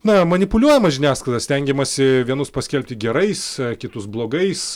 na manipuliuojama žiniasklaida stengiamasi vienus paskelbti gerais kitus blogais